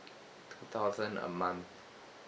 two thousand a month